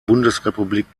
bundesrepublik